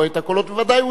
וודאי הוא ישפוט,